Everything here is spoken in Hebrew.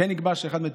כמו כן,